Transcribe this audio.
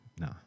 No